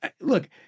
look